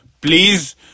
please